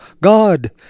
god